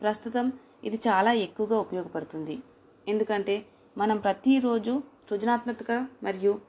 ప్రస్తుతం ఇది చాలా ఎక్కువగా ఉపయోగపడుతుంది ఎందుకంటే మనం ప్రతిరోజు సృజనాత్మక మరియు